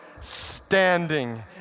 standing